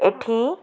ଏଠି